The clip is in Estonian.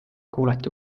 kuulati